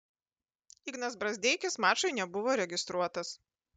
ignas brazdeikis mačui nebuvo registruotas